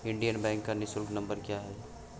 Indian bank का निःशुल्क नंबर क्या है?